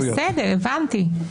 בסדר, הבנתי.